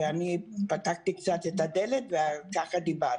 אני פתחתי קצת את הדלת וכך דיברנו.